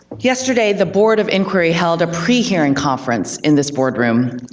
yesterday the board of inquiry held a pre-hearing conferences in this board room.